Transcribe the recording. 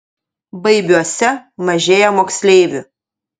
baibiuose mažėja moksleivių